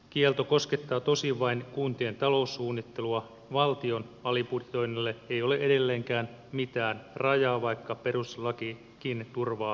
kielto koskettaa tosin vain kuntien taloussuunnittelua ja valtion alibudjetoinnille ei ole edelleenkään mitään rajaa vaikka perustuslakikin turvaa rahoitusvastuun